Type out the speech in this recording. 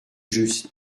juste